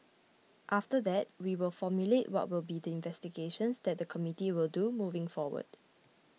after that we will formulate what will be the investigations that the committee will do moving forward